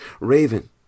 Raven